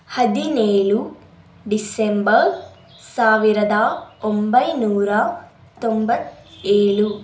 ಹದಿನೇಳು ಡಿಸೆಂಬ ಸಾವಿರದ ಒಂಬೈನೂರ ತೊಂಬತ್ತ ಏಳು